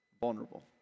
vulnerable